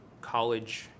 college